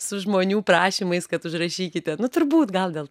su žmonių prašymais kad užrašykite nu turbūt gal dėl